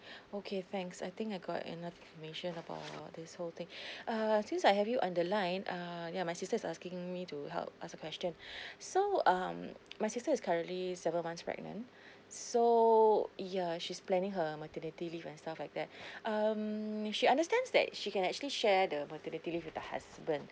okay thanks I think I got another information about this whole thing err since I have you on the line err ya my sister is asking me to help ask a question so um my sister is currently seven months pregnant so ya she's planning her maternity leave and stuff like that um she understands that she can actually share the maternity leave with the husband